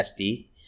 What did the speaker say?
SD